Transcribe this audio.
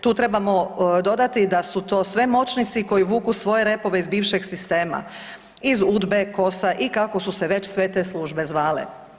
Tu trebamo dodati da su to sve moćnici koji vuku svoje repove iz bivšeg sistema iz UDBA-e, KOS-a i kako su se već sve te službe zvale.